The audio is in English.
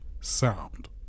Sound